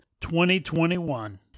2021